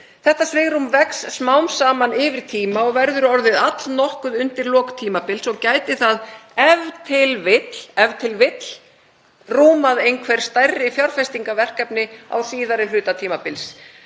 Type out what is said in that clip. „Þetta svigrúm vex smám saman yfir tíma og verður orðið allnokkuð undir lok tímabilsins og gæti það ef til vill“ — ef til vill — „rúmað einhver stærri fjárfestingarverkefni á síðari hluta tímabilsins.“